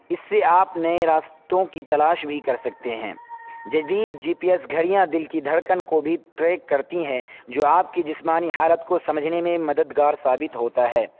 اس سے آپ نئے راستوں کی تلاش بھی کر سکتے ہیں جدید جی پی ایس گھڑیاں دل دھڑکن کو بھی ٹریک کرتی ہیں جو آپ کی جسمانی حالت کو سمجھنے میں مددگار ثابت ہوتا ہے